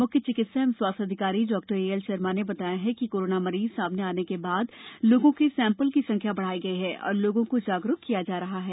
मुख्य चिकित्सा और स्वास्थ्य अधिकारी डॉ ए एल शर्मा ने बताया कि कोरोना मरीज सामने आने के बाद लोगों के सैंपल की संख्या बढ़ाई गई है और लोगो को जागरूक किया जा रहा है